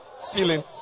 stealing